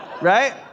Right